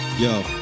Yo